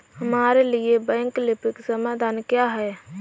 हमारे लिए वैकल्पिक समाधान क्या है?